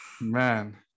Man